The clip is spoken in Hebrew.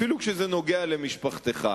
אפילו כשזה נוגע למשפחתך.